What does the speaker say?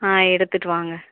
ஆ எடுத்துகிட்டு வாங்க